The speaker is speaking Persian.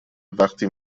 وقتی